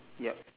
yup